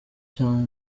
cyane